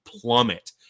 plummet